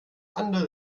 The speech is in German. andere